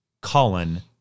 Colin